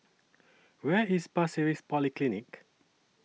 Where IS Pasir Ris Polyclinic